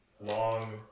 long